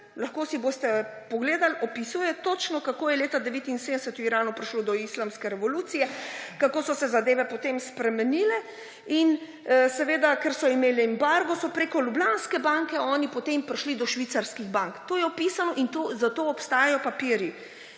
lahko si boste pogledali, opisuje točno, kako je leta 1979 v Iranu prišlo do islamske revolucije, kako so se zadeve potem spremenile. In seveda, ker so imeli embargo, so preko Ljubljanske banke oni potem prišli do švicarskih bank. To je opisano in za to obstajajo papirji.